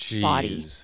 body